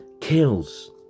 kills